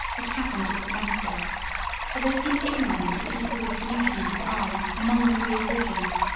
which happened at damascus but they seem ignorant of the equal distribution of his alms among the three religions,